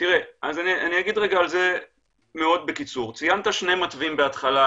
אז אני אגיד רגע על זה מאוד בקיצור: ציינת שני מתווים אפשריים בהתחלה